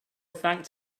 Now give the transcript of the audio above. thanked